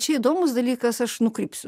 čia įdomus dalykas aš nukrypsiu